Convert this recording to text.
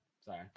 sorry